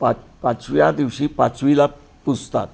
पाच पाचव्या दिवशी पाचवीला पुजतात